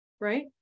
right